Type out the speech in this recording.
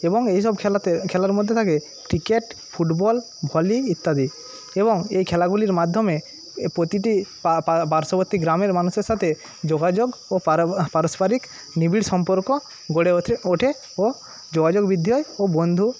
এবং এইসব খেলাতে খেলার মধ্যে থাকে ক্রিকেট ফুটবল ভলি ইত্যাদি এবং এই খেলাগুলির মাধ্যমে প্রতিটি পার্শ্ববর্তী গ্রামের মানুষের সাথে যোগাযোগ ও পারস্পরিক নিবিড় সম্পর্ক গড়ে ওঠে ও যোগাযোগ বৃদ্ধি হয় ও বন্ধু